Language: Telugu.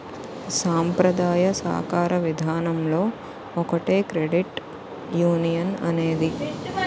సాంప్రదాయ సాకార విధానంలో ఒకటే క్రెడిట్ యునియన్ అనేది